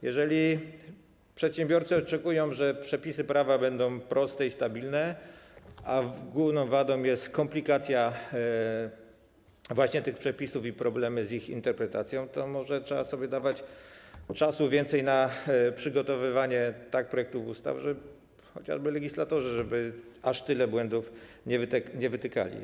Jeżeli przedsiębiorcy oczekują, że przepisy prawa będą proste i stabilne, a główną wadą jest komplikacja właśnie tych przepisów i problemy z ich interpretacją, to może trzeba sobie dawać więcej czasu na takie przygotowywanie projektów ustaw, żeby chociażby legislatorzy aż tylu błędów nie wytykali.